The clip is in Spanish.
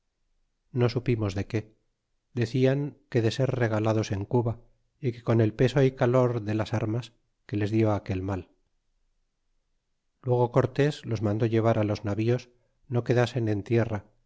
no supimos de qué decian que de ser regalados en cuba y que con el peso y calor de las armas que les dió aquel mal luego cortés los mandó llevar los navíos no quedasen en tierra